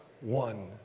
one